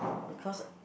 because